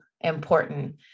important